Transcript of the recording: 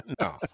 No